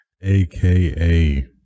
AKA